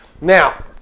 Now